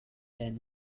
then